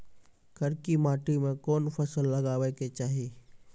करकी माटी मे कोन फ़सल लगाबै के चाही?